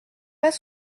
pas